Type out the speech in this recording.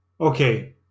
Okay